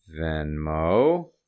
Venmo